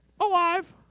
alive